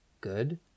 good